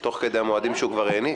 תוך כדי המועדים שהוא כבר העניק?